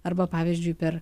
arba pavyzdžiui per